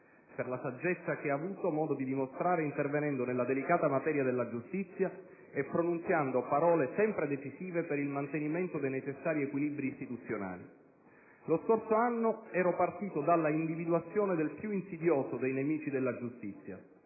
per la saggezza che ha avuto modo di dimostrare intervenendo nella delicata materia della giustizia, pronunziando parole sempre decisive per il mantenimento dei necessari equilibri istituzionali. Lo scorso anno ero partito dalla individuazione del più insidioso dei nemici della giustizia: